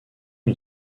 une